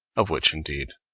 of which, indeed,